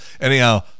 Anyhow